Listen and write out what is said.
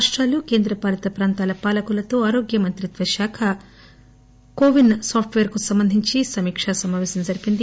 రాష్టాలు కేంద్రపాలిత ప్రాంతాల పాలకులతో ఆరోగ్య మంత్రిత్వ శాఖ కోవిడ్ సాఫ్ట్ పేర్ కు సంబంధించి సమీక్ష సమాపేశం జరిపింది